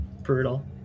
Brutal